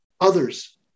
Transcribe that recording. others